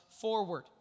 forward